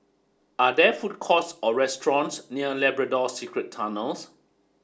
are there food courts or restaurants near Labrador Secret Tunnels